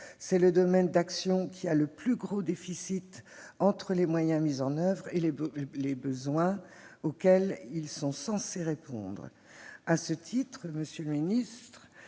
C'est le domaine d'action qui présente le plus gros déficit entre les moyens mis en oeuvre et les besoins auxquels ils sont censés répondre. À ce titre, monsieur le ministre,